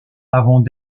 avant